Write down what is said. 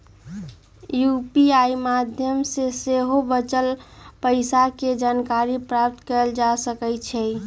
UPI माध्यम से सेहो बचल पइसा के जानकारी प्राप्त कएल जा सकैछइ